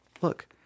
Look